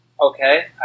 Okay